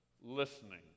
listening